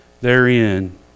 therein